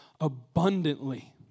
abundantly